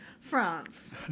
France